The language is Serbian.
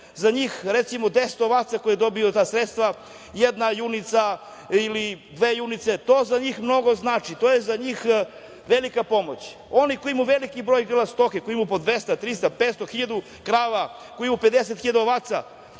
Za njih, recimo, 10 ovaca koja dobiju, ta sredstva, jedna junica ili dve junice, to za njih mnogo znači, to je za njih velika pomoć. Onaj ko ima veliki broj grla stoke, po 200, 300, 500, 1.000 krava, koji imaju 50.000 ovaca,